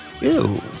Ew